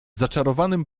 zaczarowanym